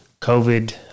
COVID